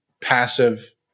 passive